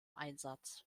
einsatz